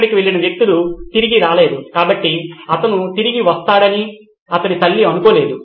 అక్కడికి వెళ్ళిన వ్యక్తులు తిరిగి రాలేదు కాబట్టి అతను తిరిగి వస్తాడని అతని తల్లి అనుకోలేదు